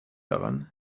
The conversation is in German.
daran